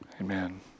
Amen